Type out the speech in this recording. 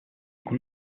con